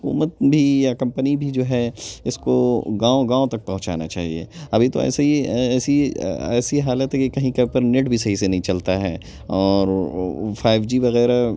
حکومت بھی یا کمپنی بھی جو ہے اس کو گاؤں گاؤں تک پہنچانا چاہیے ابھی تو ایسے ہی ایسی ایسی حالت ہے کہ کہیں کہیں پر نیٹ بھی صحیح سے نہیں چلتا ہے اور فائیو جی وغیرہ